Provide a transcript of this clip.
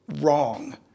wrong